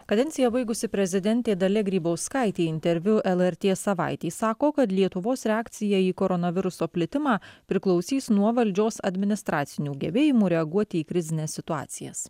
kadenciją baigusi prezidentė dalia grybauskaitė interviu lrt savaitei sako kad lietuvos reakcija į koronaviruso plitimą priklausys nuo valdžios administracinių gebėjimų reaguoti į krizines situacijas